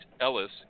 ellis